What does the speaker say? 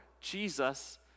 Jesus